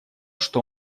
что